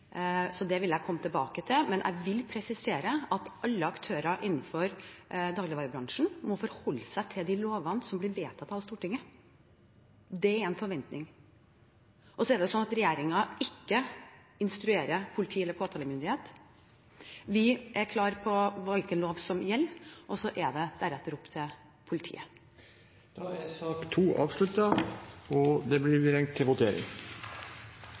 Det vil jeg komme tilbake til, men jeg vil presisere at alle aktører innenfor dagligvarebransjen må forholde seg til de lovene som blir vedtatt av Stortinget. Det er en forventning. Og så er det slik at regjeringen ikke instruerer politi eller påtalemyndighet. Vi er klare på hvilken lov som gjelder, og deretter er det opp til politiet. Sak nr. 2 er dermed ferdigbehandlet. Etter at det var ringt til votering,